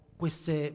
queste